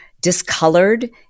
discolored